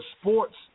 sports